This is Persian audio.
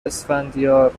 اسفندیار